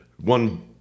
one